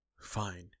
Fine